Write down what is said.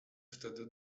wtedy